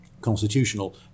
constitutional